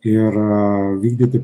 ir vykdyti